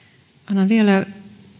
annan vielä